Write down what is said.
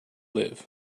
live